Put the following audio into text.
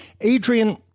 Adrian